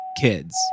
kids